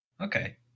Okay